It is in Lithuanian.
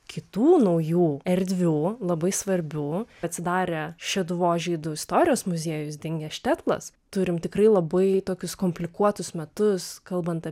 kitų naujų erdvių labai svarbių atsidarė šeduvos žydų istorijos muziejus dingęs štetlas turim tikrai labai tokius komplikuotus metus kalbant